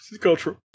cultural